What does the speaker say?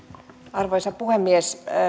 arvoisa puhemies